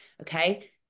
okay